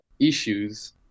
issues